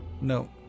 no